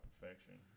perfection